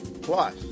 Plus